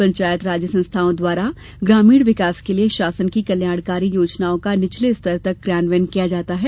पंचायत राज्य संस्थाओं द्वारा ग्रामीण विकास के लिये शासन की कल्याणकारी योजनाओं का निचले स्तर तक क्रियान्वयन किया जाता है